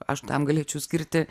aš tam galėčiau skirti